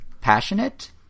passionate